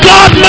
God